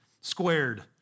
squared